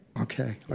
Okay